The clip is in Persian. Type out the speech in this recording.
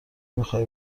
میخوایی